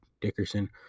Dickerson